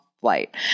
flight